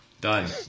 Done